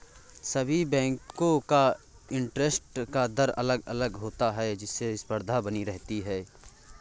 सभी बेंको का इंटरेस्ट का दर अलग अलग होता है जिससे स्पर्धा बनी रहती है